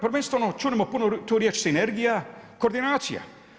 Prvenstveno čujemo puno tu riječ sinergija, koordinacija.